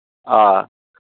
آ